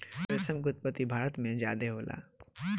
रेशम के उत्पत्ति भारत में ज्यादे होला